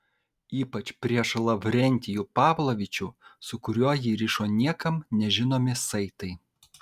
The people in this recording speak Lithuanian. ypač prieš lavrentijų pavlovičių su kuriuo jį rišo niekam nežinomi saitai